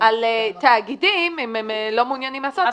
על תאגידים, אם הם לא מעוניינים לעשות את זה.